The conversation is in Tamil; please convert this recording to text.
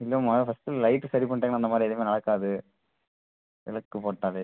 இல்லை முத ஃபஸ்ட்டு லைட்டு சரி பண்ணிட்டாங்கனா அந்த மாதிரி எதுவுமே நடக்காது விளக்கு போட்டாலே